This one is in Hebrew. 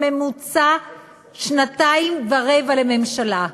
בממוצע שנתיים ורבע לממשלה.